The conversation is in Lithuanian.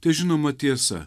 tai žinoma tiesa